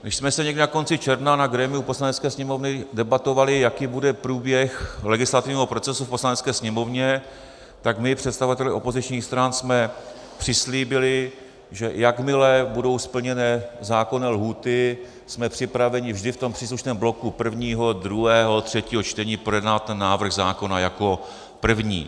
Když jsme někdy na konci června na grémiu Poslanecké sněmovny debatovali, jaký bude průběh legislativního procesu v Poslanecké sněmovně, tak my představitelé opozičních stran jsme přislíbili, že jakmile budou splněné zákonné lhůty, jsme připraveni vždy v tom příslušném bloku prvního, druhého, třetího čtení projednat ten návrh zákona jako první.